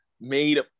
made